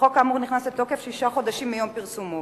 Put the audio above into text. החוק האמור נכנס לתוקף שישה חודשים מיום פרסומו,